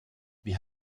wir